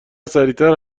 سریعتر